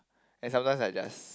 and sometimes I just